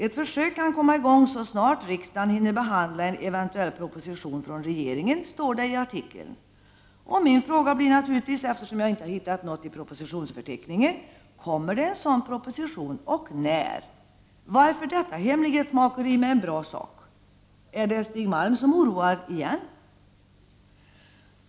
”Ett försök kan komma i gång så snart riksdagen hinner behandla en eventuell proposition från regeringen” står det i artikeln. Min fråga blir naturligtvis, eftersom jag inte har hittat någon sådan proposition i propositionsförteckningen: Kommer det en sådan proposition och när? Varför detta hemlighetsmakeri med en bra sak? Är det Stig Malm som oroar igen?